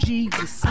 Jesus